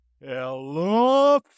Hello